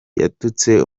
yatutse